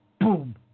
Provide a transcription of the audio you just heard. Boom